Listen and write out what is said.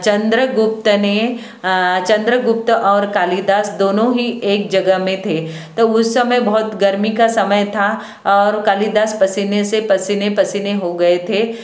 चंद्रगुप्त ने चंद्रगुप्त और कालिदास दोनों ही एक जगह में थे तो उस समय बहुत गर्मी का समय था और कालिदास पसीने से पसीने पसीने हो गए थे